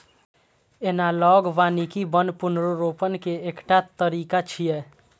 analogue वानिकी वन पुनर्रोपण के एकटा तरीका छियै